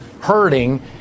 hurting